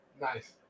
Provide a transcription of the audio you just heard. Nice